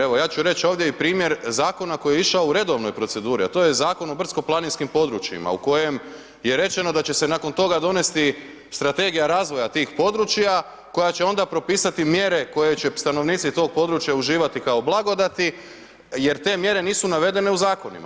Evo, ja ću reći ovdje i primjer zakona koji je išao u redovnoj proceduri, a to je Zakon o brdsko-planinskim područjima, u kojem je rečeno da će se nakon toga donesti strategija razvoja tih područja, koja će onda propisati mjere koje će stanovnici tog područja uživati kao blagodati jer te mjere nisu navedene u zakonima.